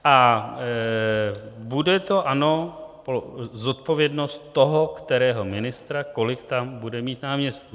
A bude to, ano, zodpovědnost toho kterého ministra, kolik tam bude mít náměstků.